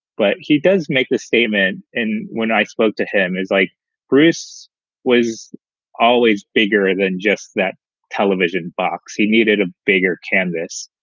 but he does make this statement. and when i spoke to him, it's like chris was always bigger than just that television box. he needed a bigger canvas.